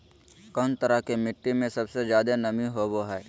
कौन तरह के मिट्टी में सबसे जादे नमी होबो हइ?